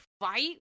fight